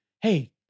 hey